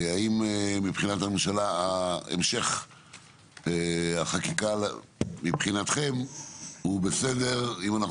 אם המשך החקיקה מבחינתכם הוא בסדר אם אנחנו